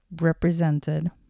represented